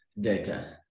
data